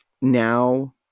now